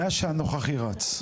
מאז שהנוכחי רץ.